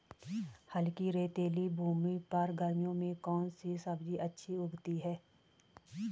हल्की रेतीली भूमि पर गर्मियों में कौन सी सब्जी अच्छी उगती है?